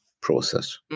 process